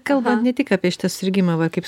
kalbam ne tik apie susirgimą va kaip